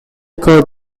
code